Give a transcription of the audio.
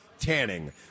tanning